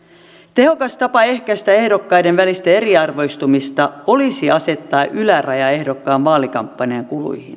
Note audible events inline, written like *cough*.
tehokas tapa ehkäistä ehdokkaiden välistä eriarvoistumista olisi asettaa yläraja ehdokkaan vaalikampanjan kuluihin *unintelligible*